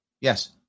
Yes